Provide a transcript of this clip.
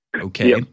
Okay